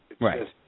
Right